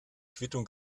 quittung